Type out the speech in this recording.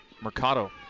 Mercado